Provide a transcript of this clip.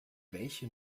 welche